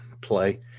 play